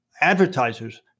advertisers